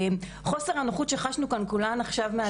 חוסר הנוחות שחשנו כאן עכשיו כולנו מהדברים.